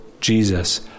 Jesus